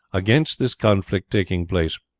against this conflict taking place.